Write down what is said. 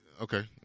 Okay